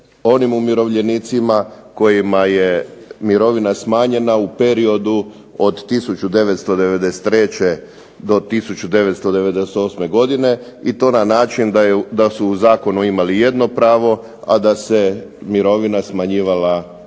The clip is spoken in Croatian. onim umirovljenicima kojima je mirovina smanjena u periodu od 1993. do 1998. godine i to na način da su u zakonu imali jedno pravo, a da se mirovina smanjivala uredbama